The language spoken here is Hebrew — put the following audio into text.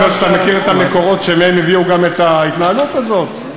יכול להיות שאתה מכיר את המקורות שמהם הביאו גם את ההתנהלות הזאת.